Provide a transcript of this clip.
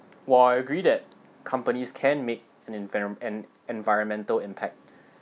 while I agree that companies can make an an environmental impact